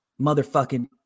motherfucking